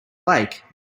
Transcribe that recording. lake